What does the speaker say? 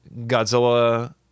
Godzilla